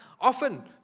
often